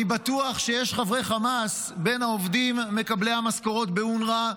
אני בטוח שיש חברי חמאס בין העובדים מקבלי המשכורות באונר"א,